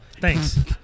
thanks